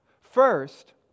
First